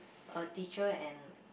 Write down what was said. a teacher and